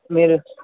మీరు